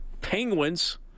Penguins